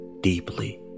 deeply